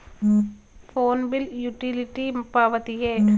Phone bill utility ಪಾವತಿಯೇ?